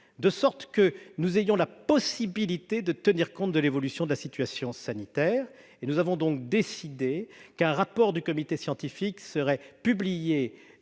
possible, afin de pouvoir tenir compte de l'évolution de la situation sanitaire. Nous avons donc décidé qu'un rapport du comité scientifique sera publié